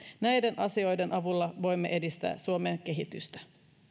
näiden asioiden avulla voimme edistää suomen kehitystä